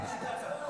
משהו קצר.